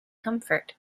comfort